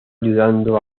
ayudando